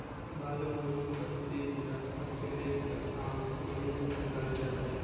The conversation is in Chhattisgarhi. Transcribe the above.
बालू, मूरूम कस चीज ल सकेले कर काम कोड़ी मे करल जाथे